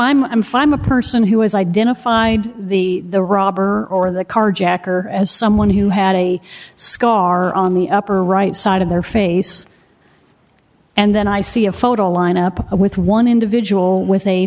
fine i'm a person who has identified the the robber or the carjacker as someone who had a scar on the upper right side of their face and then i see a photo lineup with one individual with a